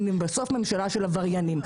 אם היא בסוף ממשלה של עבריינים.